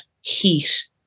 heat